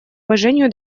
уважению